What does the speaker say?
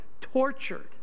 Tortured